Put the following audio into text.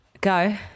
Go